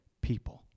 people